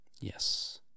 Yes